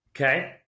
Okay